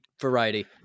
variety